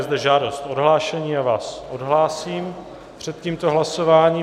Je zde žádost o odhlášení, já vás odhlásím před tímto hlasováním.